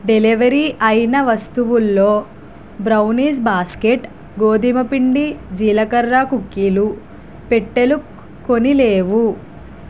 deliver అయిన వస్తువుల్లో brownies basket గోధుమపిండి జీలకర్ర కుకీలు పెట్టెలు కొన్ని లేవు